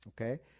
Okay